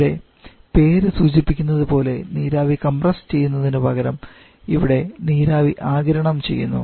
ഇവിടെ പേര് സൂചിപ്പിക്കുന്നത് പോലെ നീരാവി കംപ്രസ് ചെയ്യുന്നതിനു പകരം ഇവിടെ നീരാവി ആഗിരണം ചെയ്യുന്നു